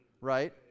right